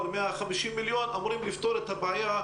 אבל אני מאמין שנחזיק את כל המערך הזה באוויר.